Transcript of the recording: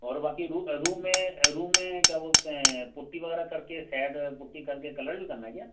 और बाक़ी रू रूम में रूम में क्या बोलते हैं पुट्टी वग़ैरह करके शायद पुट्टी करके शायद कलर भी करना है क्या